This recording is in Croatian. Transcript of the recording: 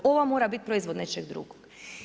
Ova mora biti proizvod nečeg drugog.